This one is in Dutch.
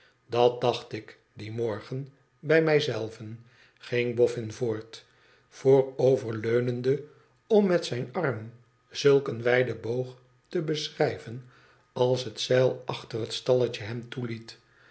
dat dacht ik dien morgen bij mij zelven ging boffin voort vooroverleunende om met zijn arm zulk een wijden boog te beschrijven als het zeil achter het stalletje hem toeliet